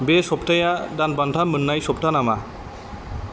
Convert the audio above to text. बे सप्ताया दानबान्था मोननाय सप्ता नामा